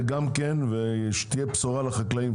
ושתהיה בשורה לחקלאים,